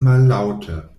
mallaŭte